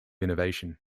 innovation